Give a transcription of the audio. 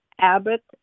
Abbott